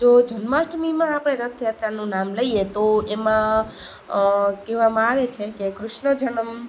જો જન્માષ્ટમીમાં આપણે રથયાત્રાનું નામ લઈએ તો એમાં કહેવામાં આવે છે કે કૃષ્ણ જન્મ